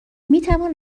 میتوان